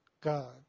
God